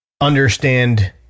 understand